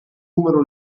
numero